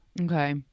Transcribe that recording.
Okay